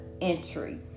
entry